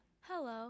Hello